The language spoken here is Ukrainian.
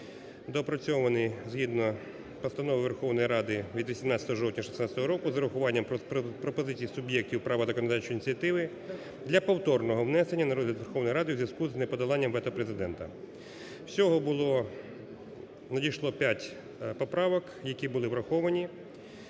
доопрацьований згідно Постанови Верховної Ради від 18 жовтня 2016 року з урахуванням пропозицій суб'єктів права законодавчої ініціативи ,для повторного внесення на розгляд Верховної Ради у зв'язку з неподоланням вето Президента. Всього було, надійшло 5 поправок, які були враховані.